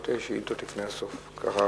זאת בניגוד לאינטרסים של הנוסעים שלמענם הוקם הקו.